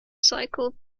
cycle